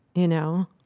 you know,